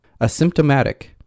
Asymptomatic